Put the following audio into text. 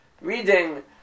reading